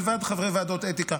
מלבד חברי ועדות אתיקה.